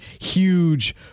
huge